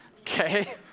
Okay